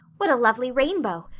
what a lovely rainbow!